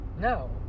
No